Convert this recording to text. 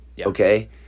Okay